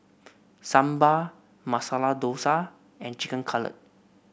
Sambar Masala Dosa and Chicken Cutlet